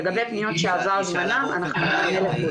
לגבי פניות שעבר זמנן, אנחנו נענה לכולם.